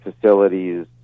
facilities